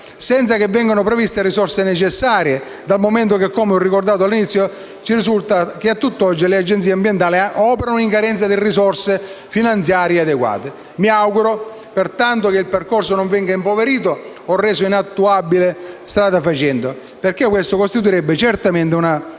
senza che siano previste le risorse necessarie, dal momento che - come ho ricordato all'inizio - ci risulta che a tutt'oggi le Agenzie ambientali operino in carenza di risorse finanziarie adeguate. Mi auguro pertanto che il percorso non venga impoverito o reso inattuabile strada facendo, perché questo costituirebbe senza dubbio una